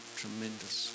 tremendous